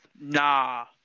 Nah